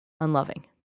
unloving